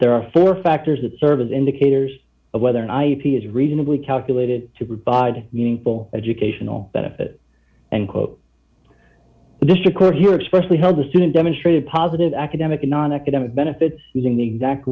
there are four factors that service indicators of whether an ip is reasonably calculated to provide meaningful educational benefit and quote this record here especially hard the student demonstrated positive academic nonacademic benefits using the exact